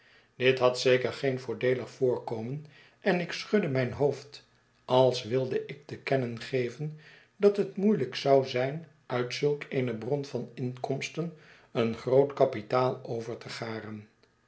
dit had zeker geen voordeelig voorkomen en ik schudde mijn hoofd als wilde ik te kennen geven dat het moeielijk zou zijn uit zulk eene bron van inkomsten een groot kapitaal over te garen